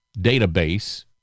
database